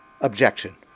objection